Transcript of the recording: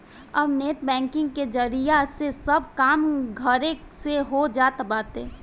अब net banking के जरिया से सब काम घरे से हो जात बाटे